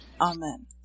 Amen